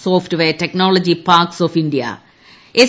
software technology parks of India S